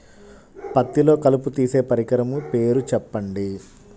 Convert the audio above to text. పత్తిలో కలుపు తీసే పరికరము పేరు చెప్పండి